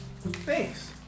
thanks